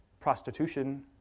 prostitution